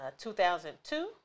2002